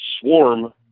swarm